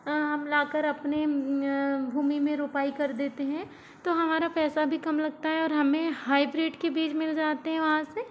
हम लाकर अपने भूमि में रोपाई कर देते हैं तो हमारा पैसा भी कम लगता है और हमें हाइब्रिड के बीज मिल जाते हैं वहां से